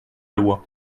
loi